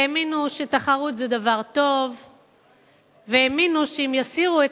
האמינו שתחרות זה דבר טוב והאמינו שאם יסירו את